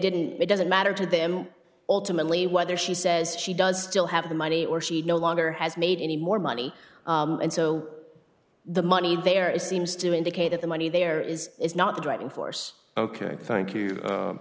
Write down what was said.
didn't it doesn't matter to them ultimately whether she says she does still have the money or she no longer has made any more money and so the money there is seems to indicate that the money there is is not the driving force ok